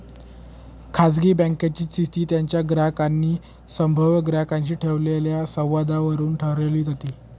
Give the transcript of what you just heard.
खाजगी बँकेची स्थिती त्यांच्या ग्राहकांनी संभाव्य ग्राहकांशी केलेल्या संवादावरून ठरवली जाते